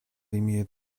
имеет